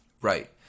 Right